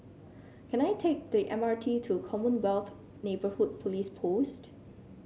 can I take the M R T to Commonwealth Neighbourhood Police Post